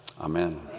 Amen